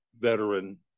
veteran